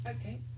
Okay